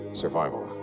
Survival